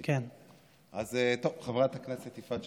אוקיי, אז שבעה חברי כנסת בעד,